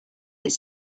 it’s